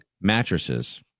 mattresses